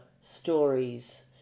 stories